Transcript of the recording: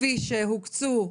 כפי שהוקצו,